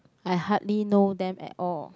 I hardly know them at all